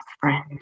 friend